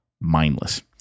mindless